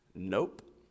Nope